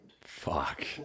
Fuck